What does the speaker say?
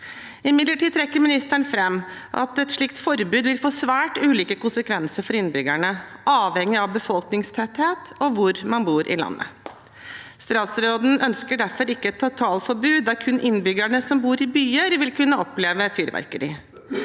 Imidlertid trekker ministeren fram at et slikt forbud vil få svært ulike konsekvenser for innbyggerne, avhengig av befolkningstetthet og hvor man bor i landet. Statsråden ønsker derfor ikke et totalforbud der kun innbyggerne som bor i byer, vil kunne oppleve fyrverkeri.